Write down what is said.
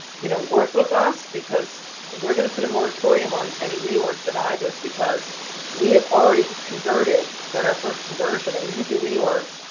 you know, work with us because we're going to put a moratorium on any reorgs in ibis because we have already converted. done our first conversion conversion and when you do reorgs,